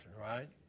right